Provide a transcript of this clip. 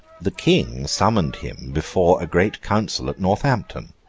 the king summoned him before a great council at northampton,